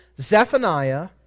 Zephaniah